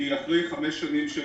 שהיא אחרי חמש שנים של